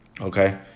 Okay